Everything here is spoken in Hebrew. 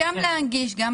צריך להנגיש גם